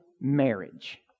marriage